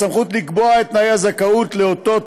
הסמכות לקבוע את תנאי הזכאות לאותות